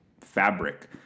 fabric